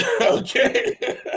Okay